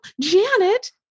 Janet